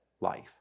life